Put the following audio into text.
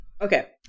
Okay